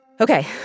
Okay